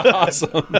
awesome